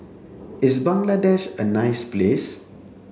is Bangladesh a nice place